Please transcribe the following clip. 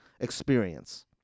experience